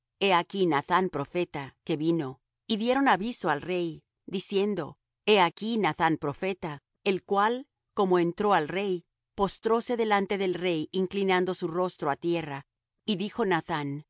aquí nathán profeta que vino y dieron aviso al rey diciendo he aquí nathán profeta el cual como entró al rey postróse delante del rey inclinando su rostro á tierra y dijo